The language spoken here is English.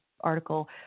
article